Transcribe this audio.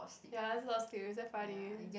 ya it's a lot of sleep damn funny